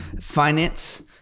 finance